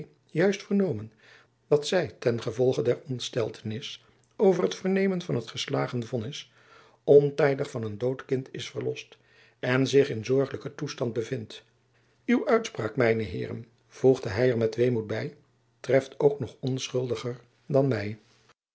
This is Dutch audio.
juist vernomen dat zy ten gevolge der ontsteltenis over het vernemen van het geslagen vonnis ontijdig van een dood kind is verlost en zich in zorgelijken toestand bevindt uwe uitspraak mijne heeren voegde hy er met weemoed by treft ook nog onschuldiger dan my